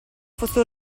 fosse